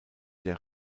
der